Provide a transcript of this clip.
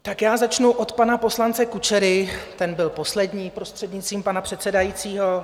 Tak já začnu od pana poslance Kučery, ten byl poslední, prostřednictvím pana předsedajícího.